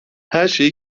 herşeyi